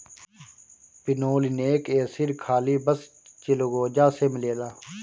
pinolenic acid खासी बस चिलगोजा से मिलेला